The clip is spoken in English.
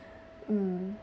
mm